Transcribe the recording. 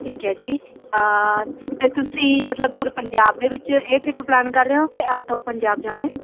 ਠੀਕ ਹੈ ਜੀ ਤਾਂ ਤੁਸੀਂ ਮਤਲਬ ਪੂਰੇ ਪੰਜਾਬ ਦੇ ਵਿੱਚ ਇਹ ਟ੍ਰਿਪ ਪਲਾਨ ਕਰ ਰਹੇ ਹੋ ਕਿ ਆਊਟ ਆਫ ਪੰਜਾਬ ਜਾਣਾ ਹੈ